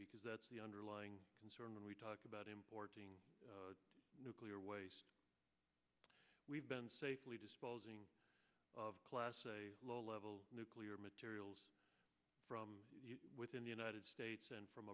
because that's the underlying concern that we talked about importing nuclear waste we've been safely disposing of low level nuclear materials from within the united states and from